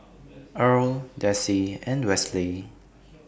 Earl Desi and Westley